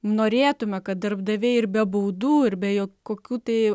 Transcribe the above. norėtume kad darbdaviai ir be baudų ir be jo kokių tai